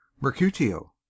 mercutio